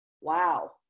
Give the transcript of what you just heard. wow